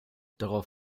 darauf